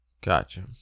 Gotcha